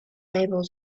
able